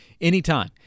anytime